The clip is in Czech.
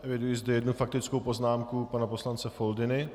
Vidím zde jednu faktickou poznámku pana poslance Foldyny.